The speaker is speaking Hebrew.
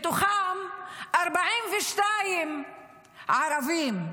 מתוכם 42% ערבים,